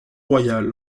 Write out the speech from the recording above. royal